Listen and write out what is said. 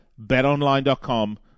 betonline.com